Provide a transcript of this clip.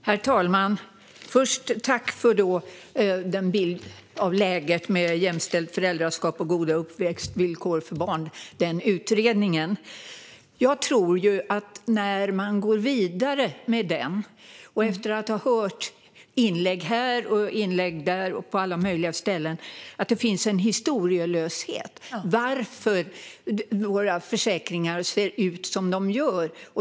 Herr talman! Först vill jag tacka för den bild av läget som statsrådet gav, med jämställt föräldraskap och goda uppväxtvillkor för barn. Jag menar, efter att ha hört inlägg här och där och på alla möjliga ställen, att det finns en historielöshet när det gäller varför våra försäkringar ser ut som de gör.